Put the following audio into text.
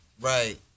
Right